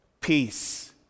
Peace